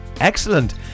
Excellent